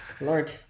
Lord